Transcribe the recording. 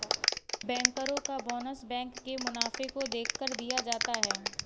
बैंकरो का bonus bank के मुनाफे को देखकर दिया जाता है